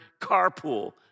carpool